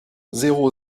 zéro